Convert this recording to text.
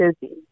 busy